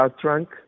trunk